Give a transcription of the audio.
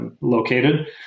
located